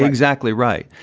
exactly right.